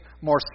more